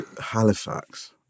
Halifax